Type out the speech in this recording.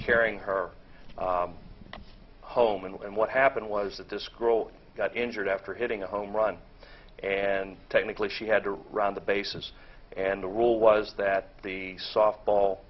carrying her home and what happened was that this girl got injured after hitting a home run and technically she had to run the bases and the rule was that the softball